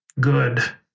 good